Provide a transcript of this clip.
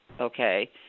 Okay